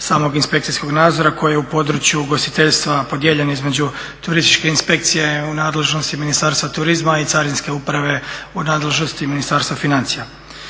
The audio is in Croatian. samog inspekcijskog nadzora koji je u području ugostiteljstva podijeljen između turističke inspekcije u nadležnosti Ministarstva turizma i carinske uprave u nadležnosti Ministarstva financija.